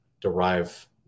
derive